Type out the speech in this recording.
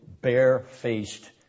bare-faced